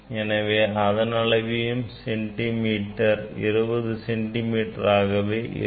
எனவே அதன் அளவும் 20 சென்டிமீட்டர் ஆகவே இருக்கும்